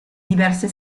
diverse